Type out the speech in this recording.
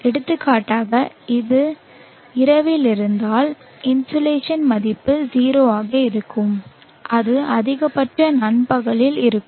எடுத்துக்காட்டாக அது இரவில் இருந்தால் இன்சோலேஷன் மதிப்பு 0 ஆக இருக்கும் அது அதிகபட்சமாக நண்பகலில் இருக்கும்